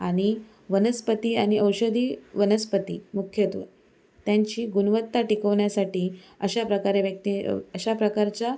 आणि वनस्पती आणि औषधी वनस्पती मुख्यतः त्यांची गुणवत्ता टिकवण्यासाठी अशाप्रकारे व्यक्ती अशाप्रकारच्या